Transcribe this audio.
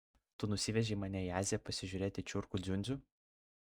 tu nusivežei mane į aziją pasižiūrėti čiurkų dziundzių